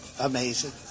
amazing